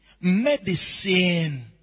Medicine